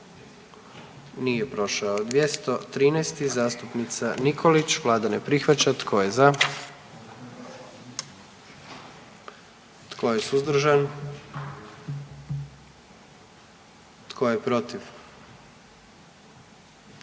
44. Kluba zastupnika SDP-a, vlada ne prihvaća. Tko je za? Tko je suzdržan? Tko je protiv?